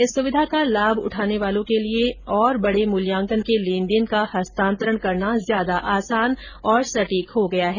इस सुविधा का लाभ उठाने वालों के लिए और बड़े मुल्यांकन के लेन देन का हस्तांतरण करना ज्यादा आसान और सटीक हो गया है